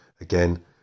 Again